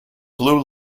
blue